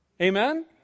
Amen